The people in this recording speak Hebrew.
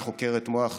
היא חוקרת מוח נודעת.